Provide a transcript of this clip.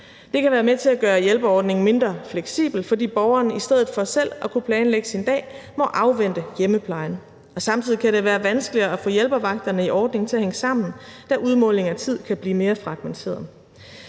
Det kan være med til at gøre hjælpeordningen mindre fleksibel, fordi borgeren i stedet for selv at kunne planlægge sin dag må afvente hjemmeplejen, og samtidig kan det være vanskeligt at få hjælpervagterne i ordningen til at hænge sammen, da udmålingen af tid kan blive mere fragmenteret.